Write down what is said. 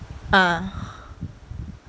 ah